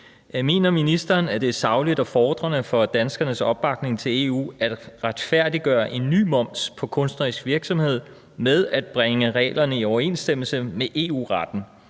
Mener ministeren, at det er sagligt og fordrende for danskernes opbakning til EU at retfærdiggøre en ny moms på kunstnerisk virksomhed med at »bringe reglerne i overensstemmelse med EU-retten«,